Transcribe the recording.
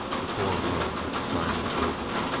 the four rose at the side of the room.